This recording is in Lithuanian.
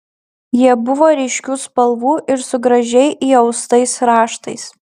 jie buvo ryškių spalvų ir su gražiai įaustais raštais